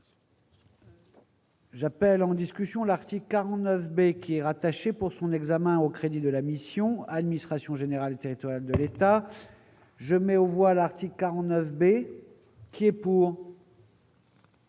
J'appelle en discussion à l'article 49 B, qui est rattachée, pour son examen au crédit de la mission, administration générale territoriale de l'État, je mets au voilà 49 B qui est pour.